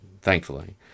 thankfully